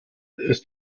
ist